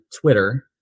Twitter